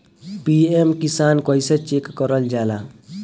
PM Kisan कइसे चेक करल जाला?